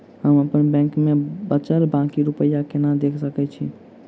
हम अप्पन बैंक मे बचल बाकी रुपया केना देख सकय छी?